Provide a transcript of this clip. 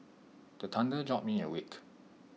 the thunder jolt me awake